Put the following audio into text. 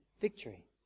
victory